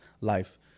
life